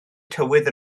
tywydd